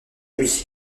lui